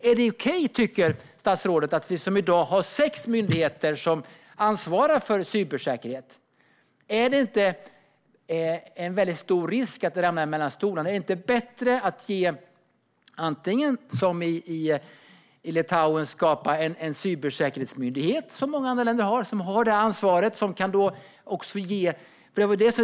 Tycker statsrådet att det är okej att vi som i dag har sex myndigheter som ansvarar för cybersäkerhet? Är det inte väldigt stor risk att det faller mellan stolarna? Är det inte bättre att som i Litauen skapa en cybersäkerhetsmyndighet? Många andra länder har det, och myndigheten har då ansvaret.